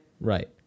Right